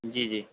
جی جی